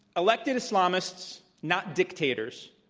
elected islamists, not dictators,